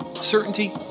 certainty